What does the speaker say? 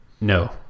No